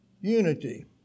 Unity